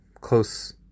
close